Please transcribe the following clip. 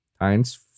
times